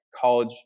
college